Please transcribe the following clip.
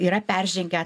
yra peržengę